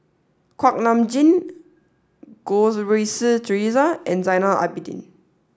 kuak Nam Jin Goh Rui Si Theresa and Zainal Abidin